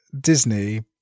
Disney